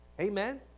Amen